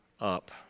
up